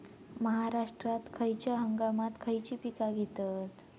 महाराष्ट्रात खयच्या हंगामांत खयची पीका घेतत?